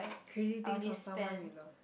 crazy things for someone you love